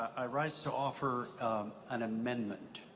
i rise to offer an amendment.